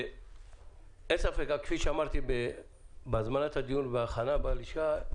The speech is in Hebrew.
אין ספק, כפי שאמרתי בהזמנת הדיון ובהכנה בלשכה,